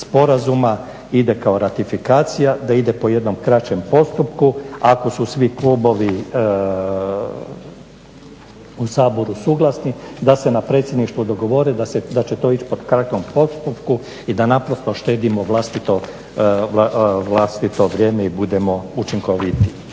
sporazuma ide kao ratifikacija, da ide po jednom kraćem postupku ako su svi klubovi u Saboru suglasni da se na predsjedništvu dogovore da će to ići po kratkom postupku i da naprosto štedimo vlastito vrijeme i budemo učinkovitiji.